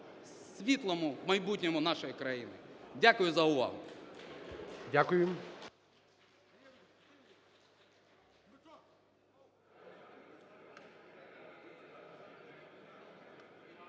світлому майбутньому нашої країни. Дякую за увагу.